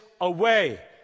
away